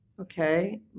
okay